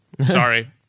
Sorry